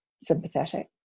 sympathetic